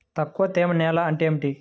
తక్కువ తేమ నేల అంటే ఏమిటి?